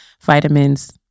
vitamins